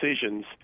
decisions